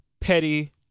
Petty